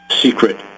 secret